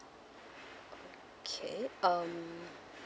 okay um